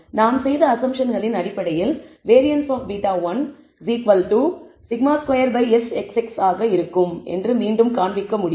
நாம் செய்த அஸம்ப்ஷன்களின் அடிப்படையில் வேரியன்ஸ் ஆப் β1 σ2Sxx ஆக இருக்கும் என்று மீண்டும் காண்பிக்க முடியும்